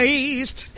east